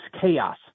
chaos